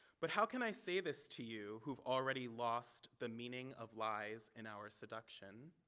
but how can i say this to you who've already lost the meaning of lies in our seduction,